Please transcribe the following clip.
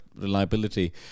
reliability